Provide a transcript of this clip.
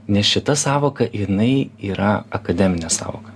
nes šita sąvoka jinai yra akademinė sąvoka